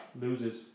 loses